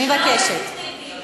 אני מבקש, היא לא נותנת לי לדבר.